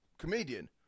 comedian